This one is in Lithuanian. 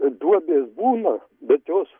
duobės būna bet jos